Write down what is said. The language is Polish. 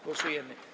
Głosujemy.